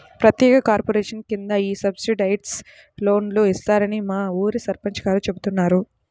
ప్రత్యేక కార్పొరేషన్ కింద ఈ సబ్సిడైజ్డ్ లోన్లు ఇస్తారని మా ఊరి సర్పంచ్ గారు చెబుతున్నారు